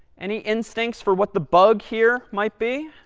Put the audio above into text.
any instincts for what the bug here might be?